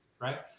right